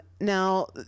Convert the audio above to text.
Now